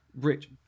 Rich